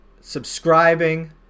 subscribing